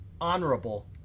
honorable